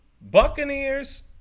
Buccaneers